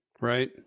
Right